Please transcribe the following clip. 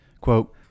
Quote